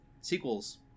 sequels